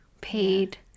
paid